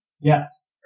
Yes